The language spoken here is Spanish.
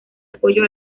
apoyo